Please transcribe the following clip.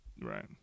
right